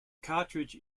cartridge